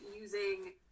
using